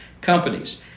companies